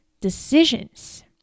decisions